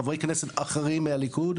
חברי כנסת אחרים מהליכוד,